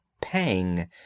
pang